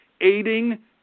aiding